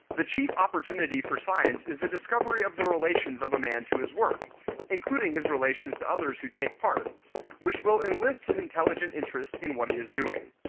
the chief opportunity for science is the discovery of the relations of a man to his work including his relations to others who take part which will enlist his intelligent interest in what he is doing.